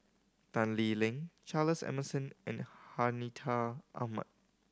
Tan Lee Leng Charles Emmerson and Hartinah Ahmad